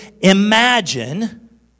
imagine